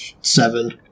Seven